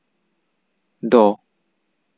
ᱫᱚ